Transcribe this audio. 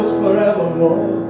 forevermore